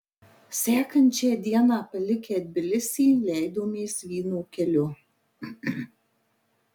sekančią dieną palikę tbilisį leidomės vyno keliu